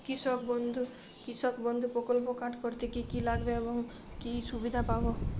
কৃষক বন্ধু প্রকল্প কার্ড করতে কি কি লাগবে ও কি সুবিধা পাব?